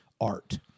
art